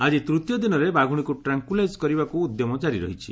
ଆକି ତୂତୀୟ ଦିନରେ ବାଘୁଣୀକୁ ଟ୍ରାଙ୍କୁଲାଇଜ୍ କରିବାକୁ ଉଦ୍ୟମ କାରି ରହିଛି